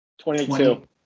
Twenty-two